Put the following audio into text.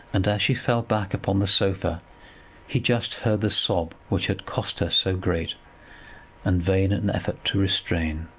and as she fell back upon the sofa he just heard the sob which had cost her so great and vain an effort to restrain.